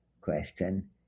question